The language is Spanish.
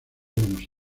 buenos